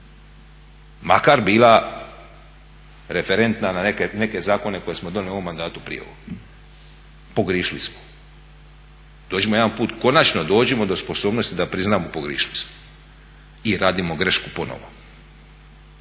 makar bila referentna na neke zakone koje smo donijeli u ovom mandatu prije ovog. Pogriješili smo. Dođimo jedan put, konačno dođimo do sposobnosti da priznamo pogriješili smo i radimo grešku ponovo.